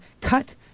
cut